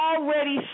already